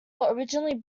originally